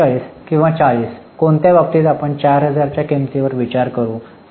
तर 47 किंवा 40 कोणत्या बाबतीत आपण 4000 च्या किंमतीवर विचार करू